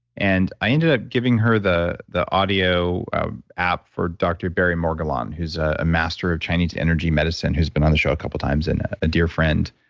and i ended up giving her the the audio app for dr. barry morguelan, who's a a master of chinese energy medicine, who's been on the show a couple of times and a dear friend,